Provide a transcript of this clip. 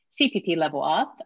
CPPLevelUp